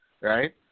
right